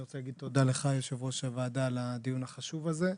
אני רוצה להגיד תודה לך היושב ראש על הדיון החשוב הזה.